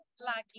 Lucky